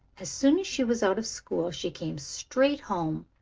as soon as she was out of school she came straight home,